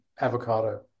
avocado